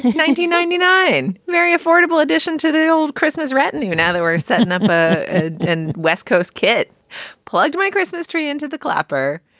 and nineteen ninety nine. very affordable additions to the old christmas retinue. now they were setting up ah an west coast kid plugged my christmas tree into the clapper.